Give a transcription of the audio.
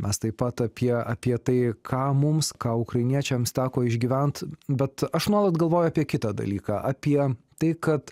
mes taip pat apie apie tai ką mums ką ukrainiečiams teko išgyvent bet aš nuolat galvoju apie kitą dalyką apie tai kad